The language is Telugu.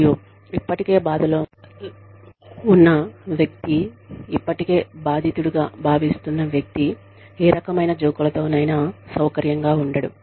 మరియు ఇప్పటికే బాధ లో ఉన్న వ్యక్తి ఇప్పటికే బాధితుడిగా భావిస్తున్న వ్యక్తి ఏ రకమైన జోకులతోనైనా సౌకర్యం గా ఉండడు